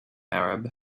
arab